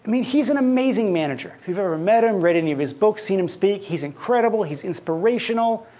mean, he's an amazing manager. if you've ever met him, read any of his books, seen him speak, he's incredible. he's inspirational.